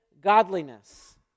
godliness